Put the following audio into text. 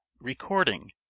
Recording